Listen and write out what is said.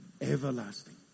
Everlasting